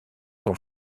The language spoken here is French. son